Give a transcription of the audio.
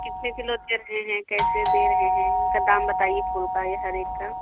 कितने किलो दे रहे हैं कैसे दे रहे हैं इनका दाम बताइए फूल का यह हर एक का